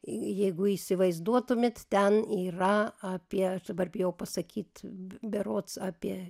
jeigu įsivaizduotumėt ten yra apie suburbėjau pasakyt berods apie